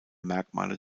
merkmale